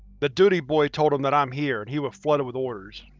but duty boy told him that i'm here and he was flooded with orders.